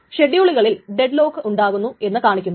ഷെഡ്യൂളുകളിൽ deadlock ഉണ്ടാകുന്നു എന്ന് കാണിക്കുന്നു